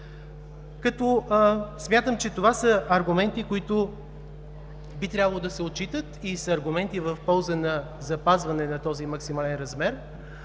Смятам, че това са аргументи, които би трябвало да се отчитат, и са аргументи в полза на запазване на този максимален размер.